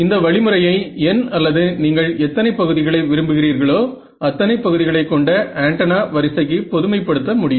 இந்த வழிமுறையை N அல்லது நீங்கள் எத்தனை பகுதிகளை விரும்புகிறீர்களோ அத்தனை பகுதிகளைக் கொண்ட ஆண்டனா வரிசைக்கு பொதுமைப்படுத்த முடியும்